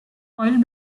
foil